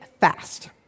fast